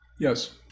Yes